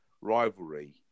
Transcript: rivalry